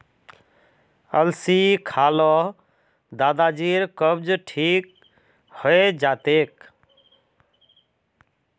अलसी खा ल दादाजीर कब्ज ठीक हइ जा तेक